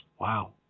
Wow